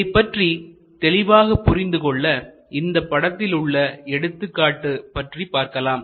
இதை பற்றி தெளிவாக புரிந்து கொள்ள இந்த படத்தில் உள்ள எடுத்துக்காட்டு பற்றி பார்க்கலாம்